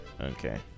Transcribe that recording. Okay